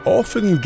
often